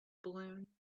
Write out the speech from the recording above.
balloon